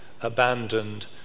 abandoned